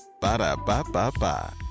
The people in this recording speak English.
Ba-da-ba-ba-ba